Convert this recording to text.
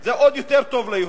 זה עוד יותר טוב ליהודים.